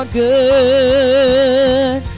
good